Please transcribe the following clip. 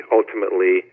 ultimately